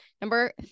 number